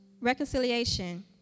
reconciliation